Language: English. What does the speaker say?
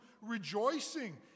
rejoicing